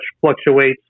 fluctuates